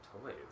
Toys